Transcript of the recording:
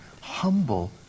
humble